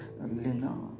Lena